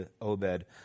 Obed